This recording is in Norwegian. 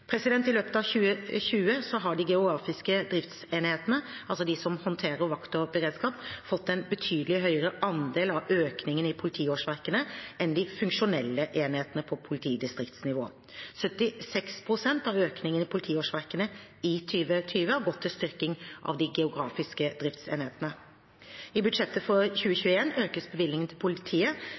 I løpet av 2020 har de geografiske driftsenhetene – altså de som håndterer vakt og beredskap – fått en betydelig høyere andel av økningen i politiårsverkene enn de funksjonelle enhetene på politidistriktsnivå. 76 pst. av økningen i politiårsverkene i 2020 har gått til styrking av de geografiske driftsenhetene. I budsjettet for 2021 økes bevilgningen til politiet